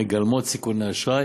המגלמות סיכוני אשראי